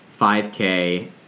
5K